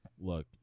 Look